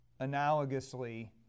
analogously